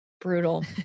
brutal